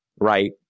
right